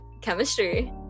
Chemistry